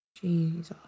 jesus